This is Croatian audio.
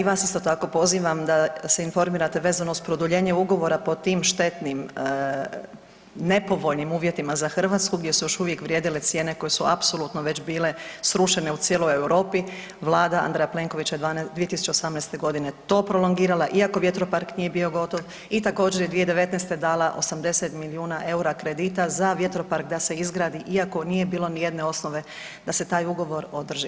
I vas isto tako pozivam da se informirate vezano uz produljenje ugovora pod tim štetnim, nepovoljnim uvjetima za Hrvatsku gdje su još uvijek vrijedile cijene koje su apsolutno već bile srušene u cijeloj Europi, vlada Andreja Plenkovića je 2018.g. to prolongirala iako vjetropark nije bio gotovo i također je 2019. dala 80 milijuna EUR-a kredita za vjetropark da se izgradi iako nije bilo nijedne osnove da se taj ugovor održi.